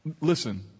Listen